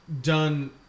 done